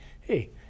hey